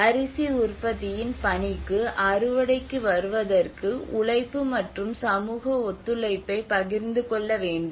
அரிசி உற்பத்தியின் பணிக்கு அறுவடைக்கு வருவதற்கு உழைப்பு மற்றும் சமூக ஒத்துழைப்பைப் பகிர்ந்து கொள்ள வேண்டும்